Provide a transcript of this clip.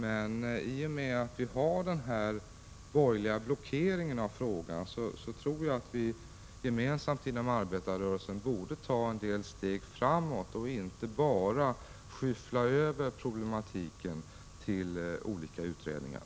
Men i och med att vi har den här borgerliga blockeringen av frågan, tycker jag att vi gemensamt inom arbetarrörelsen borde ta en del steg framåt och inte bara skyffla över problematiken till olika utredningar.